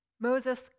Moses